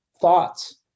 thoughts